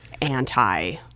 anti-